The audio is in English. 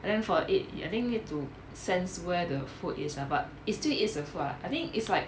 and then for it I think need to sense where the food is lah but is still is a food lah I think is like